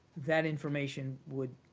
that information would